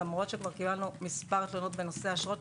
למרות שכבר קיבלנו מספר תלונות בנושא אשרות,